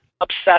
obsessed